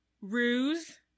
Ruse